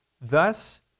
Thus